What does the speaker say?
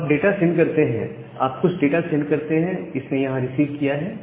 अब आप data send करते हैं आप कुछ डाटा सेंड करते हैं इसने यहां इसे रिसीव किया है